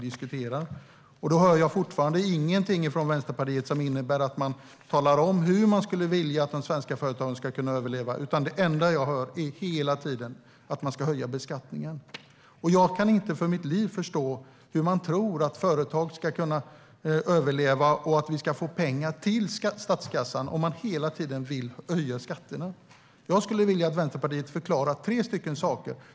Då hör jag fortfarande ingenting från Vänsterpartiet som innebär att man talar om hur man skulle vilja att de svenska företagen ska kunna överleva. Det enda jag hela tiden hör är att man ska öka beskattningen. Jag kan inte för mitt liv förstå hur man tror att företag ska kunna överleva och att vi ska få pengar till statskassan om man hela tiden vill höja skatterna. Jag skulle vilja att Vänsterpartiet förklarar några saker.